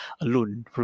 alone